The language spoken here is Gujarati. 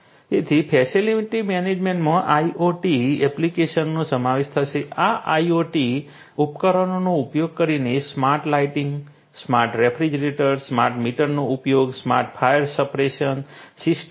તેથી ફેસિલિટી મેનેજમેન્ટમાં IoT એપ્લિકેશનોનો સમાવેશ થશે આ IoT ઉપકરણોનો ઉપયોગ કરીને smart lighting smart refrigeration smart મીટરનો ઉપયોગ સ્માર્ટ ફાયર સપ્રેશન સિસ્ટમ્સ